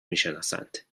میشناسند